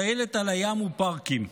טיילת על הים ופארקים,